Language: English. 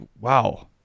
wow